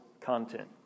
content